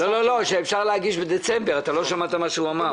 אפשר להגיש בדצמבר, לא שמעת מה שהוא אמר.